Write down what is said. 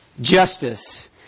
Justice